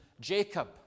Jacob